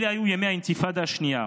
אלה היו ימי האינתיפאדה השנייה.